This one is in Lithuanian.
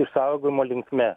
išsaugojimo linkme